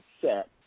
set